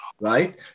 right